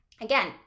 again